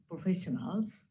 professionals